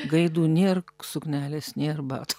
gaidų nėr suknelės nėr batų